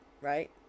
right